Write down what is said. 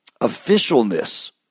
officialness